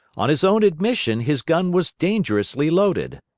on his own admission, his gun was dangerously loaded.